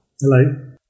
hello